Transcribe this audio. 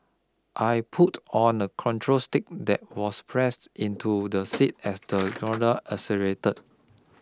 I pulled on a control stick that was pressed into the seat as the gondola accelerated